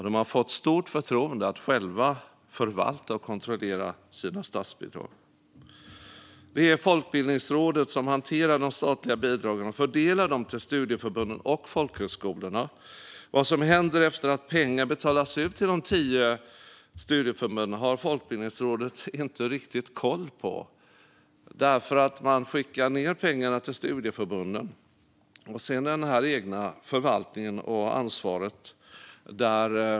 De har fått stort förtroende från staten att själva förvalta och kontrollera sina statsbidrag. Det är Folkbildningsrådet som hanterar de statliga bidragen och fördelar dem till studieförbunden och folkhögskolorna. Vad som händer efter att pengar betalats ut till de tio studieförbunden har Folkbildningsrådet inte riktigt koll på. Man skickar pengarna till studieförbunden, som sedan har en egen förvaltning och ett eget ansvar.